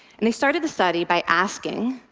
and they started the study by asking,